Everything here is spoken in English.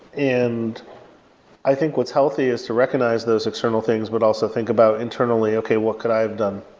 and i think what's healthy is to recognize those external things, but also think about internally, okay. what could i have done?